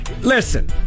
Listen